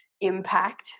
impact